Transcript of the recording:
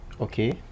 Okay